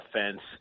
offense